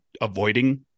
avoiding